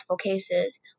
cases